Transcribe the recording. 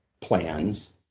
plans